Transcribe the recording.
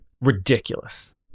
ridiculous